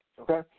okay